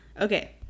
okay